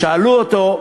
שאלו אותו: